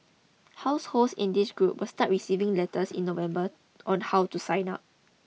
households in this group will start receiving letters in November on how to sign up